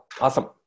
awesome